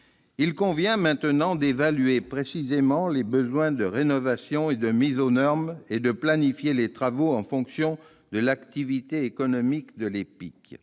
Il convient maintenant d'évaluer précisément les besoins de rénovation et de mise aux normes et de planifier les travaux en fonction de l'activité économique de l'EPIC,